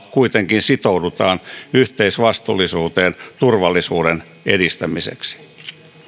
kuitenkin sitoudutaan yhteisvastuullisuuteen turvallisuuden edistämiseksi